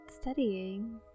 studying